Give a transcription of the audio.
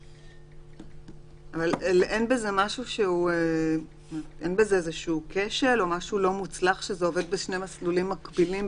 אבל אין פה כשל בכך שזה עובד בשני מסלולים מקבילים,